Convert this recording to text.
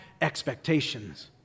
expectations